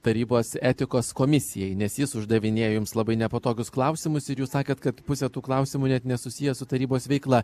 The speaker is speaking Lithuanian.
tarybos etikos komisijai nes jis uždavinėjo jums labai nepatogius klausimus ir jūs sakėt kad pusė tų klausimų net nesusiję su tarybos veikla